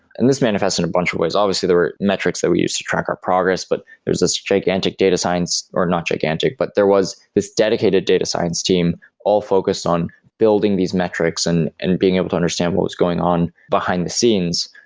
and this manifested in a bunch of ways. obviously, there were metrics that we used to track our progress, but there's this gigantic data science or not gigantic, but there was this dedicated data science team all focused on building these metrics and and being able to understand what was going on behind the scenes,